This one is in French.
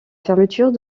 fermeture